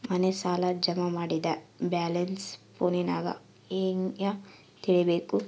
ಮನೆ ಸಾಲ ಜಮಾ ಮಾಡಿದ ಬ್ಯಾಲೆನ್ಸ್ ಫೋನಿನಾಗ ಹೆಂಗ ತಿಳೇಬೇಕು?